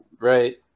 Right